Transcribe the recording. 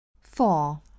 four